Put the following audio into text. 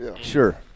Sure